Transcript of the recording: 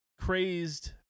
crazed